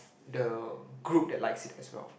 the group that likes it as well